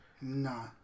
No